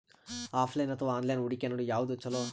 Offline ಅಥವಾ online ಹೂಡಿಕೆ ನಡು ಯವಾದ ಛೊಲೊ?